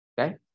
Okay